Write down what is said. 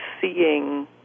seeing